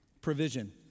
Provision